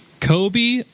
Kobe